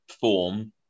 form